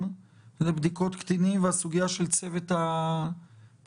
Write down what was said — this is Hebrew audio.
לבדיקות קטינים והסוגיה של צוות האוויר,